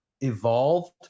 evolved